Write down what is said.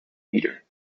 metre